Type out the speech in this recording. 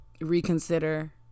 reconsider